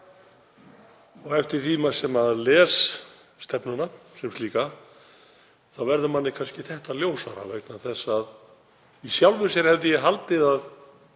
Eftir því sem maður les stefnuna sem slíka þá verður manni þetta kannski ljósara vegna þess að í sjálfu sér hefði ég haldið að